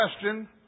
question